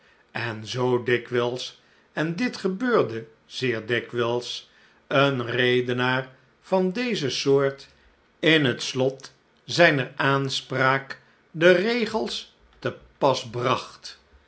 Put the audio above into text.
en zoo dikwijls en dit gebeurde zeer dikwijls een redenaar van deze soort in het slot zijner aanspraak de regels te pas bracht